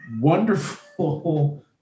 wonderful